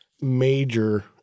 major